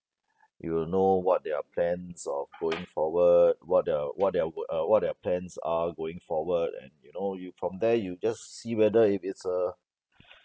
you will know what're their plans of going forward what they're what they're uh what their plans are going forward and you know you from there you just see whether it is a